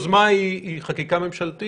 בסופו של דבר, היוזמה היא חקיקה ממשלתית.